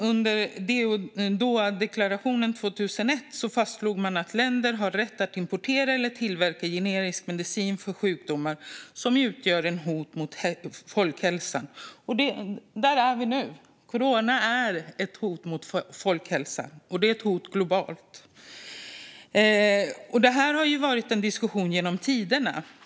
Under Dohadeklarationen 2001 fastslog man att länder har rätt att importera eller tillverka generisk medicin för sjukdomar som utgör ett hot mot folkhälsan. Där är vi nu. Corona är ett hot mot folkhälsan och ett hot globalt. Det här har varit en diskussion genom tiderna.